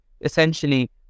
essentially